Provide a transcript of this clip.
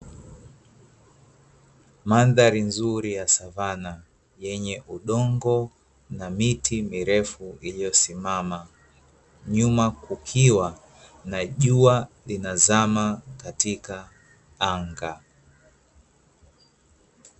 Mandhari nzuri ya savana, yenye udongo na miti mirefu iliyo simama, nyuma kukiwa na jua linalozama katika anga.